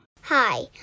Hi